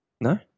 No